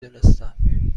دونستم